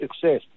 success